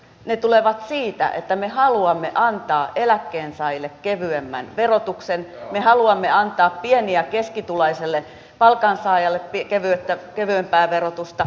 ne tulevat siitä että me haluamme antaa eläkkeensaajille kevyemmän verotuksen me haluamme antaa pieni ja keskituloiselle palkansaajalle kevyempää verotusta